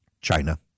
China